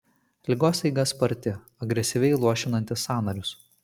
ligos eiga sparti agresyviai luošinanti sąnarius